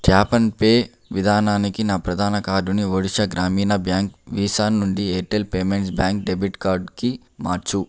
tap and pay విధానానికి నా ప్రధాన కార్డుని ఒడిషా గ్రామీణ బ్యాంక్ వీసా నుండి ఎయిర్టెల్ పేమెంట్స్ బ్యాంక్ డెబిట్ కార్డుకి మార్చు